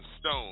stone